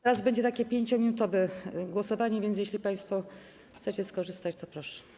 Teraz będzie takie 5-minutowe głosowanie, więc jeśli państwo chcecie z tego skorzystać, to proszę.